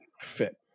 fit